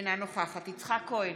אינה נוכחת יצחק כהן,